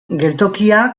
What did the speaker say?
geltokia